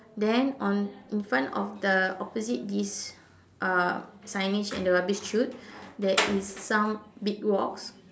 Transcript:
then on in front of the opposite this uh signage and the rubbish chute there is some big rocks